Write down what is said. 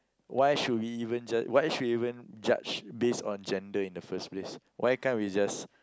why should we even judge why should we even judge based on gender in the first place why can't we just